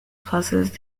fases